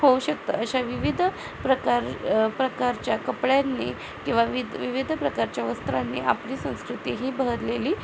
होऊ शकतं अशा विविध प्रकार प्रकारच्या कपड्यांनी किंवा विद विविध प्रकारच्या वस्त्रांनी आपली संस्कृती ही बहरलेली